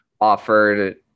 offered